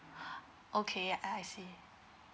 okay I see